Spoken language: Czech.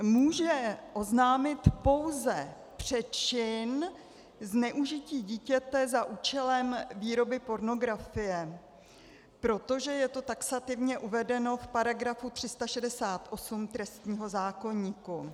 Může oznámit pouze přečin zneužití dítěte za účelem výroby pornografie, protože je to taxativně uvedeno v § 368 trestního zákoníku.